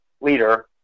leader